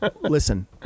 Listen